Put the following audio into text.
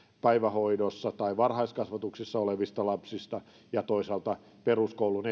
päivähoidossa tai varhaiskasvatuksessa olevista lapsista ja toisaalta peruskoulun